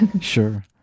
Sure